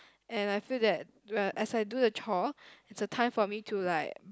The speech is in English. and I feel that as I do the chore it's a time for me to like